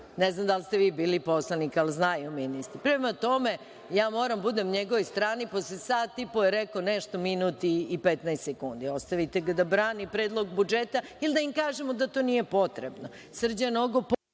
Ne znam da li ste vi bili poslanik, ali znaju ministri. Prema tome, moram da budem na njegovoj strani posle sat i po je rekao nešto 1,15 minuta. Ostavite ga da brani Predlog budžeta ili da im kažemo da to nije potrebno. Srđan